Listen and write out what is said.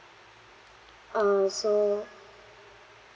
uh so